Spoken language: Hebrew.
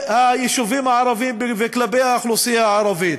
היישובים הערביים וכלפי האוכלוסייה הערבית.